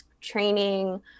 training